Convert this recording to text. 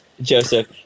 Joseph